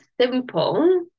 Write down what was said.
simple